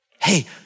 Hey